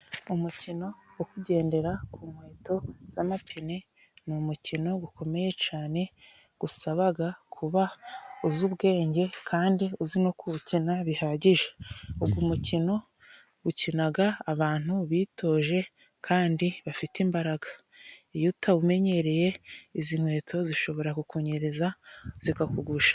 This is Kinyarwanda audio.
Umukino gwo kugendera ku nkweto z'amapine ni umukino gwukomeye cane gwusabaga kuba uzi ubwenge kandi uzi no kuwukina bihagije. Ugwu mukino gwukinaga abantu bitoje kandi bafite imbaraga. Iyo utawumenyereye, izi nkweto zishobora kukunyereza zikakugusha.